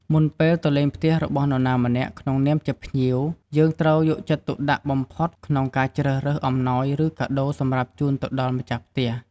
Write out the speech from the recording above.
មុនពេលទៅលេងផ្ទះរបស់នរណាម្នាក់ក្នុងនាមជាភ្ញៀវ យើងត្រូវយកចិត្តទុកដាក់បំផុតក្នុងការជ្រើសរើសអំណោយ ឬកាដូរសម្រាប់ជូនទៅដល់ម្ចាស់ផ្ទះ។